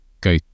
go